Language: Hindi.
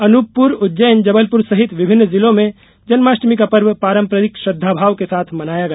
अनूपपूर उज्जैन जबलपुर सहित विभिन्न जिलों में जन्माष्टमी का पर्व पारम्परिक श्रद्दाभाव के साथ मनाया गया